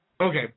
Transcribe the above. Okay